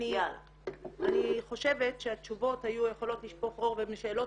אני חושבת שהתשובות היו יכולות לשפוך אור והן שאלות